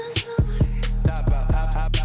summer